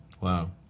Wow